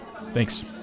Thanks